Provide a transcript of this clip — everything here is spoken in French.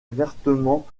vertement